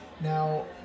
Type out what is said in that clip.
Now